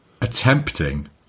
Attempting